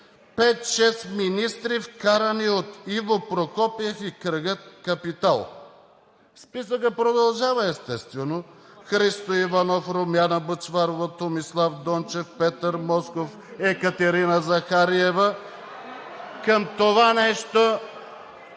пет-шест министри, вкарани от Иво Прокопиев и кръга „Капитал“. Списъкът продължава, естествено: Христо Иванов, Румяна Бъчварова, Томислав Дончев, Петър Москов, Екатерина Захариева. (Шум и реплики